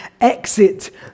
exit